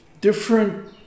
different